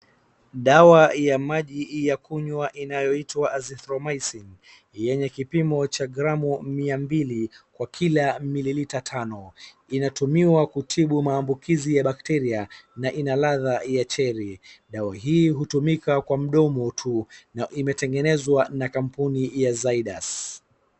Dawa ya maji ya kunywa inayoitwa Azithromycin yenye kipimo cha gramu mia mbili kwa kila mililita tano. Inatumiwa kutibu maambukizi ya bakteria na ina ladha ya cheri. Dawa hii hutumika kwa mdomo tu na imetengenezwa na kampuni ya zydas .